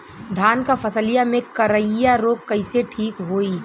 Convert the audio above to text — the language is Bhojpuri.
धान क फसलिया मे करईया रोग कईसे ठीक होई?